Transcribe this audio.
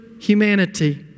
humanity